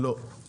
לא.